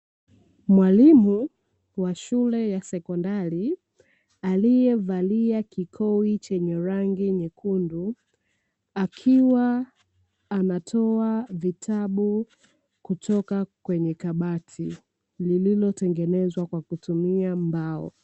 Mwalimu wa shule ya sekondari aliyevalia kikoyi cha rangi yekundu, akiwa anatoa vitabu kutoka kwenye kabati lililotengenezwa kwa kutumia mbao.